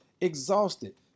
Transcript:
exhausted